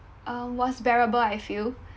uh was bearable I feel